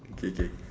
K K